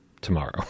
tomorrow